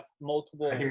multiple